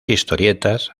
historietas